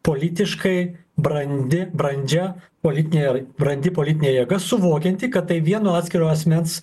politiškai brandi brandžia politine brandi politinė jėga suvokianti kad tai vieno atskiro asmens